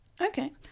Okay